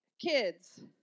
kids